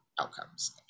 outcomes